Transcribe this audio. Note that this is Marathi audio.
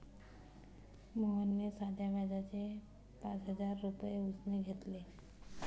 मोहनने साध्या व्याजाने पाच हजार रुपये उसने घेतले